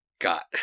got